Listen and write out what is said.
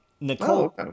Nicole